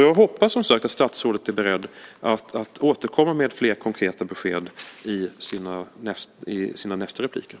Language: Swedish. Jag hoppas som sagt att statsrådet är beredd att återkomma med fler konkreta besked i sina nästa inlägg.